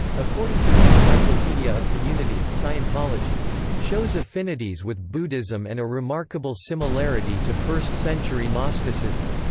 according to the encyclopedia of community, scientology shows affinities with buddhism and a remarkable similarity to first-century gnosticism.